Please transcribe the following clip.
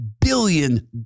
billion